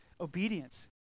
obedience